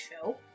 show